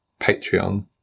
patreon